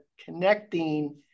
connecting